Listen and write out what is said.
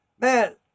man